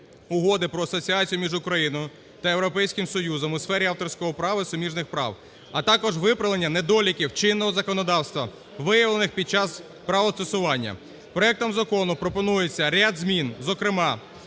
Угоди про асоціацію між Україною та Європейським Союзом у сфері авторського права і суміжних прав, а також виправлення недоліків чинного законодавства виявлених під час правозастосування. Проектом закону пропонується ряд змін. Зокрема,